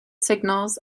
signals